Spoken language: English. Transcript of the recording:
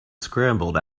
scrambled